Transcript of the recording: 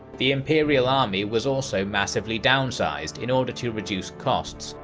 the imperial army was also massively downsized in order to reduce costs,